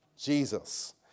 Jesus